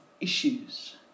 issues